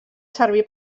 servir